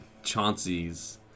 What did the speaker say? Chauncey's